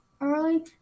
early